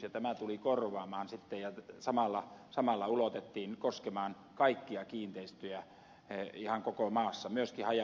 ja tämä tuli korvaamaan sen sitten ja samalla tämä ulotettiin koskemaan kaikkia kiinteistöjä ihan koko maassa myöskin haja asutusalueella